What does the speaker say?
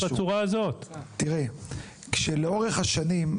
כשלאורך השנים,